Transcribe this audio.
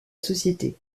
société